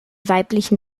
weiblichen